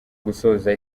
gusoza